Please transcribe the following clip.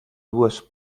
dues